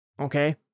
Okay